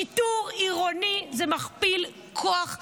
שיטור עירוני זה מכפיל כוח ברשויות.